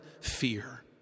fear